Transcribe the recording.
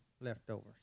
leftovers